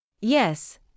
Yes